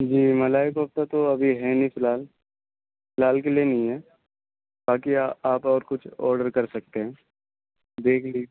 جی ملائی کوفتہ تو ابھی ہیں نہیں فی الحال فی الحال کے لیے نہی ہیں باقی آپ اور کچھ آرڈر کر سکتے ہیں جی جی